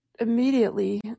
immediately